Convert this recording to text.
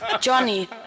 Johnny